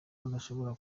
badashobora